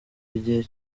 igihe